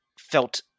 felt